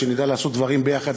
שנדע לעשות דברים יחד,